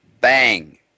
bang